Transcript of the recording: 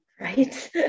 Right